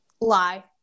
Lie